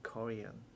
Korean